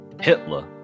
Hitler